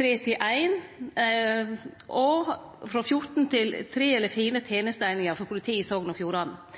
tre til ei, og frå fjorten til tre eller fire tenesteeiningar for politiet i Sogn og Fjordane,